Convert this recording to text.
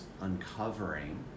uncovering